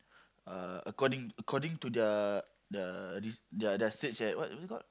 uh according according to their their re~ their their search at what what is it called